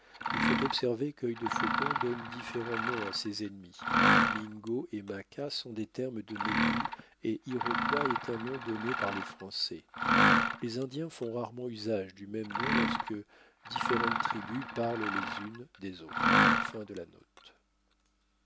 il faut observer quœil de faucon donne différents noms à ses ennemis mingo et maqua sont des termes de mépris et iroquois est un nom donné par les français les indiens font rarement usage du même nom lorsque différentes tribus parlent les unes des autres